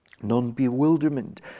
Non-bewilderment